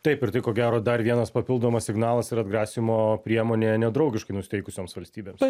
taip ir tai ko gero dar vienas papildomas signalas ir atgrasymo priemonė nedraugiškai nusiteikusioms valstybėms